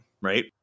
right